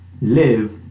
live